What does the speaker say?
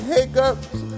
Hiccups